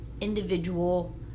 Individual